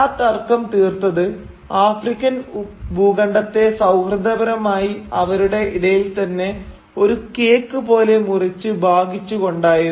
ആ തർക്കം തീർത്തത് ആഫ്രിക്കൻ ഭൂഖണ്ഡത്തെ സൌഹൃദപരമായി അവരുടെ ഇടയിൽ തന്നെ ഒരു കേക്ക് പോലെ മുറിച്ചു ഭാഗിച്ചു കൊണ്ടായിരുന്നു